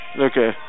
okay